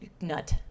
nut